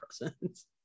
presence